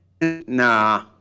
nah